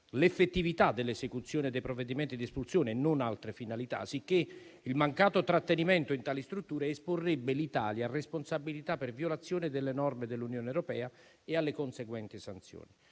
l'effettività dell'esecuzione dei provvedimenti di espulsione, non altre finalità; sicché il mancato trattenimento in tali strutture esporrebbe l'Italia a responsabilità per violazione delle norme dell'Unione europea e alle conseguenti sanzioni.